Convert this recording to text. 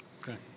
Okay